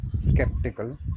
skeptical